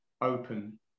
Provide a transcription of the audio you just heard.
open